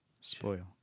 spoil